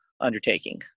undertaking